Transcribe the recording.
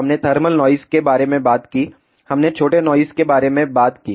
हमने thermal noise के बारे में बात की हमने छोटे नॉइस के बारे में बात की